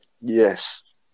yes